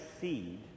seed